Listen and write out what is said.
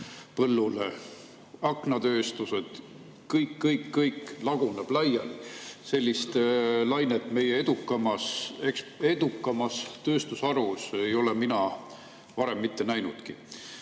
põllule, aknatööstused – kõik-kõik-kõik laguneb laiali. Sellist lainet meie edukaimas tööstusharus ei ole mina varem mitte näinudki.